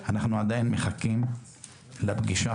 אנחנו עדיין מחכים לפגישה.